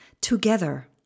together